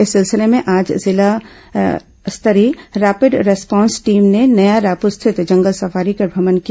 इस सिलसिले में आज जिला स्तरीय रैपिड रिस्पांस टीम ने नया रायपुर स्थित जंगल सफारी का भ्रमण किया